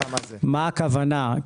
מה הכוונה?